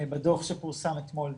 בדוח שפורסם אתמול.